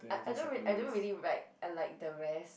I I don't really I don't really write like the rest